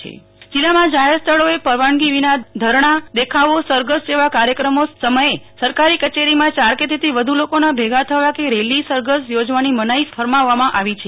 નેહ્લ ઠક્કર સરકારી જાહેરનામાં જીલ્લામાં જાહેર સ્થળોએ પરવાનગી વિના ધરણા દેખાવો સરઘસ જેવા કાર્યક્રમો સમયે સરકારી કચેરીમાં ચાર કે તેથી વધુ લોકોના ભેગા થવા કે રેલી સરઘસ યોજાવાની મનાઈ ફરાવવામાં આવી છે